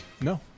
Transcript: No